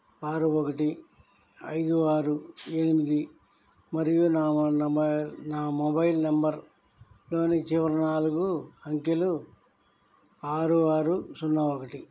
ఆరు ఒకటి ఐదు ఆరు ఎనిమిది మరియు నా నా మొబైల్ నంబర్లోని చివరి నాలుగు అంకెలు ఆరు ఆరు సున్నా ఒకటి